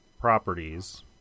properties